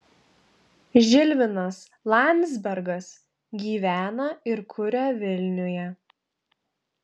žilvinas landzbergas gyvena ir kuria vilniuje